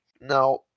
Now